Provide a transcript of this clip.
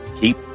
keep